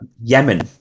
yemen